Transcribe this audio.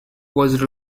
was